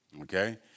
Okay